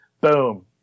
boom